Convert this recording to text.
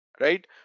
right